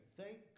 thank